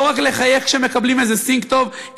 לא רק לחייך כשמקבלים איזה סינק טוב,